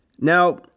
Now